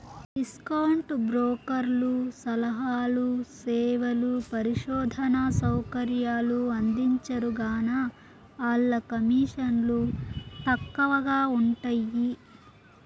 discount బ్రోకర్లు సలహాలు, సేవలు, పరిశోధనా సౌకర్యాలు అందించరుగాన, ఆల్ల కమీసన్లు తక్కవగా ఉంటయ్యి